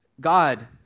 God